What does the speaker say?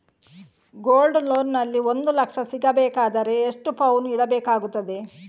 Gold loan ನಲ್ಲಿ ಒಂದು ಲಕ್ಷ ಸಿಗಬೇಕಾದರೆ ಎಷ್ಟು ಪೌನು ಇಡಬೇಕಾಗುತ್ತದೆ?